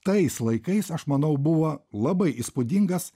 tais laikais aš manau buvo labai įspūdingas